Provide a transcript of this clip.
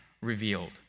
revealed